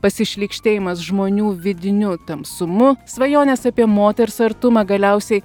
pasišlykštėjimas žmonių vidiniu tamsumu svajonės apie moters artumą galiausiai